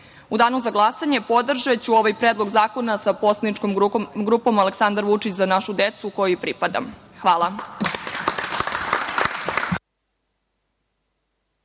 danu za glasanje podržaću ovaj predlog zakona sa poslaničkom grupom Aleksandar Vučić – Za našu decu, kojoj pripadam. Hvala.